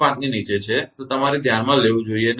5 ની નીચે છે તો તમારે ધ્યાનમાં લેવું જોઈએ નહીં